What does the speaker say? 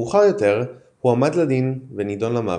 מאוחר יותר הועמד לדין ונדון למוות,